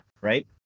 right